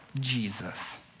Jesus